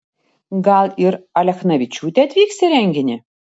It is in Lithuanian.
gal ir alechnavičiūtė atvyks į renginį